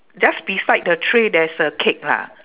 just beside the tray there's a cake lah